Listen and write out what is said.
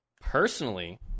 Personally